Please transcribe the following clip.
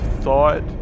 thought